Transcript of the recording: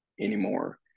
anymore